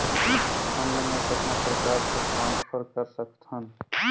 Fund मे कतना प्रकार से ट्रांसफर कर सकत हन?